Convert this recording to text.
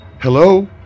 hello